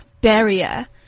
barrier